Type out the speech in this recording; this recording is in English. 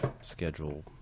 schedule